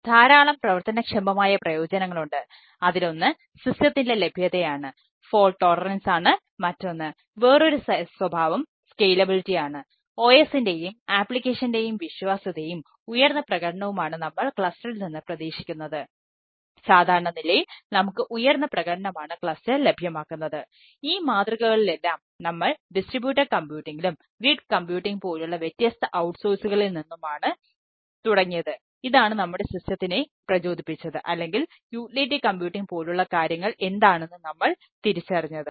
ധാരാളം പ്രവർത്തനക്ഷമമായ പ്രയോജനങ്ങളുണ്ട് അതിലൊന്ന് സിസ്റ്റത്തിൻറെ പോലുളള കാരൃങ്ങൾ എന്താണെന്ന് നമ്മൾ തിരിച്ചറിഞ്ഞത്